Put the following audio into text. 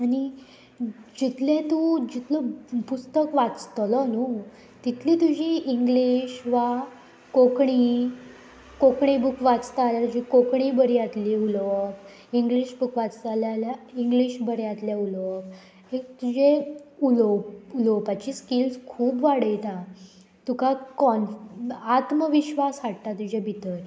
आनी जितले तूं जितलो पुस्तक वाचतलो न्हू तितली तुजी इंग्लीश वा कोंकणी कोंकणी बूक वाचता जाल्यार तुजी कोंकणी बरी जातली उलोवप इंग्लीश बूक वाचता जाल्यार इंग्लीश बरें जातलें उलोवप एक तुजें उलोव उलोवपाची स्किल्स खूब वाडयता तुका कॉनफ आत्मविश्वास हाडटा तुजे भितर